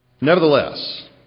Nevertheless